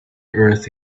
earth